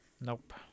Nope